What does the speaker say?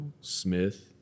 Smith